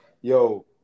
yo